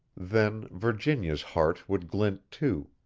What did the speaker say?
then virginia's heart would glint too.